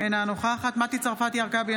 אינה נוכחת מטי צרפתי הרכבי,